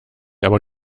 aber